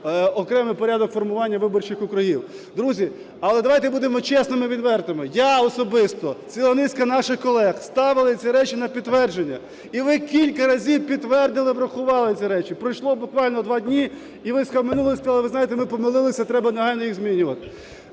окремий порядок формування виборчих округів. Друзі, але давайте будемо чесними і відвертими. Я особисто, ціла низка наших колег ставили ці речі на підтвердження. І ви кілька разів підтвердили, врахували ці речі. Пройшло буквально два дні і ви схаменулись, сказали: ви знаєте, ми помились, треба негайно їх змінювати.